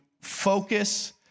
focus